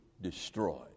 destroyed